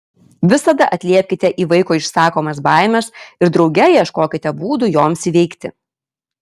visada atliepkite į vaiko išsakomas baimes ir drauge ieškokite būdų joms įveikti